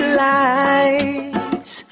lights